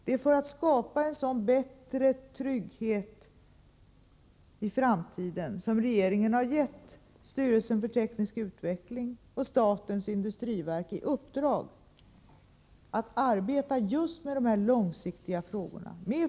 Det är för att skapa en sådan bättre trygghet i framtiden som regeringen har gett styrelsen för teknisk utveckling och statens industriverk i uppdrag att arbeta just med de här långsiktiga frågorna.